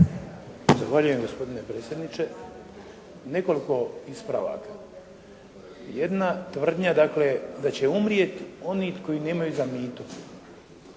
Zahvaljujem gospodine predsjedniče. Nekoliko ispravaka. Jedna tvrdnja da će umrijet oni koji nemaju za mito.